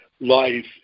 life